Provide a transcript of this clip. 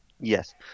Yes